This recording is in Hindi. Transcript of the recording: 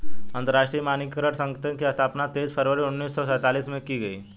अंतरराष्ट्रीय मानकीकरण संगठन की स्थापना तेईस फरवरी उन्नीस सौ सेंतालीस में की गई